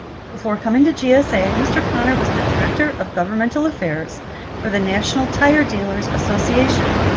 before coming to gsa, mr. connor was the director of governmental affairs for the national tire dealers association.